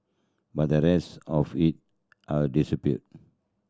but the rest of it I've distributed